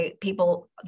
people